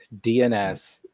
dns